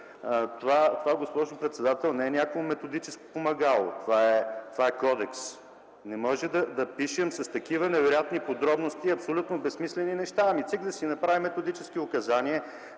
госпожо председател, това, не е някакво методическо помагало. Това е кодекс. Не можем да пишем с такива невероятни подробности абсолютно безсмислени неща. ЦИК да си направи методически указания,